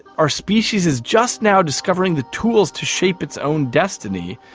our species is just now discovering the tools to shape its own destiny,